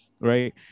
Right